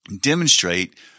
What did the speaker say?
demonstrate